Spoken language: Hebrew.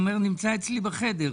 הוא אומר, נמצא אצלי בחדר.